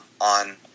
on